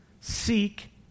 Seek